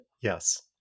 yes